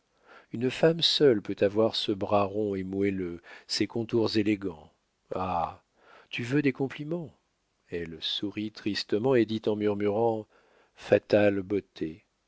une femme seule peut avoir ce bras rond et moelleux ces contours élégants ah tu veux des compliments elle sourit tristement et dit en murmurant fatale beauté